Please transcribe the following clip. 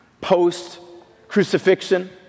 Post-crucifixion